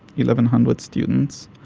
eleven hundred students,